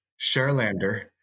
Sherlander